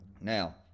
Now